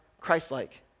Christ-like